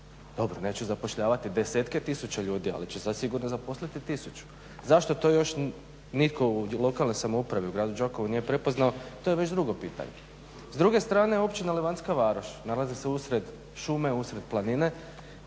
onda neće zapošljavati desetke tisuća ljudi, ali će zasigurno zaposliti 1000. Zašto to još nitko u lokalnoj samoupravi u gradu Đakovu nije prepoznao, to je već drugo pitanje. S druge strane Općina Levantska Varoš, nalazi se usred šume, usred planine,